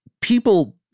People